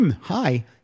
hi